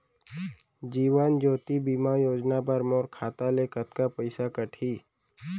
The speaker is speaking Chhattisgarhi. जीवन ज्योति बीमा योजना बर मोर खाता ले कतका पइसा कटही?